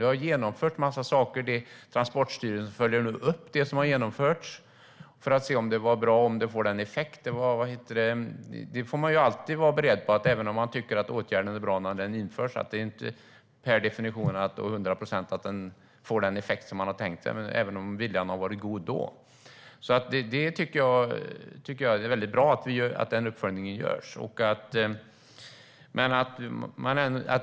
Vi har genomfört en massa saker, och Transportstyrelsen följer nu upp det som har genomförts för att se om det var bra och om det får rätt effekt. Man får alltid vara beredd på att även om man tycker att åtgärden är bra när den införs är det inte per definition så att den till hundra procent får den effekt som man har tänkt sig, även om viljan har varit god. Jag tycker därför att det är bra att uppföljningen görs.